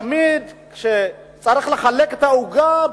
תמיד כשצריך לחלק את העוגה,